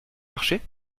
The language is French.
marcher